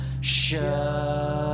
Show